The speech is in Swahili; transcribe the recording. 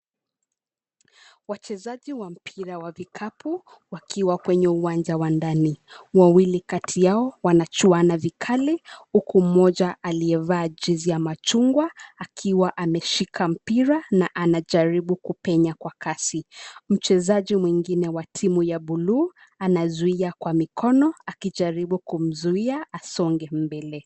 Wachezaji wa mpira wa vikabu wakiwa kwenye uwanja wa ndani, wawili kati yao wanachuana vikali, huku mmoja aliyevaa jersey ya machungwa akiwa ameshika mpira na anajaribu kupenya kwa kasi. Mchezaji mwingine wa timu ya bluu anazuia kwa mikono akijaribu kumzuia asonge mbele.